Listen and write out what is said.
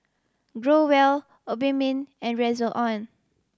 Growell Obimin and Redoxon